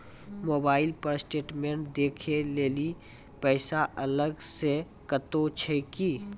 Mobile पर statement देखे लेली पैसा अलग से कतो छै की?